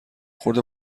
خورده